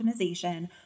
optimization